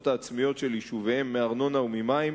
העצמיות של יישוביהם מארנונה וממים,